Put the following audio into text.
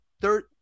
Third